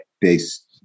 based